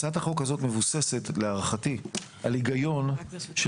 הצעת החוק הזאת מבוססת על ההיגיון של